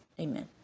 Amen